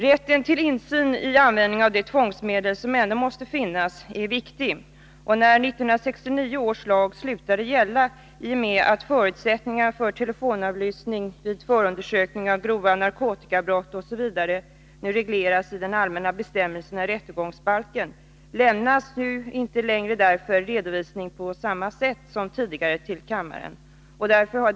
Rätten till insyn i användningen av de tvångsmedel som ändå måste finnas är viktig, och eftersom 1969 års lag slutade gälla i och med att förutsättningarna för telefonavlyssning vid förundersökning av grova narkotikabrott osv. reglerade i de allmänna bestämmelserna i rättegångsbalken, lämnas inte längre redovisning på samma sätt som tidigare till riksdagen.